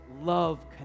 love